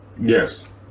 Yes